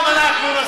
גם אנחנו נסכים לזה.